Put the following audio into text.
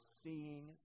seeing